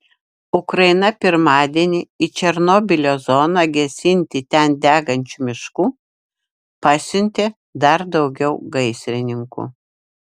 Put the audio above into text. ukraina pirmadienį į černobylio zoną gesinti ten degančių miškų pasiuntė dar daugiau gaisrininkų